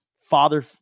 father